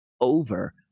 over